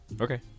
Okay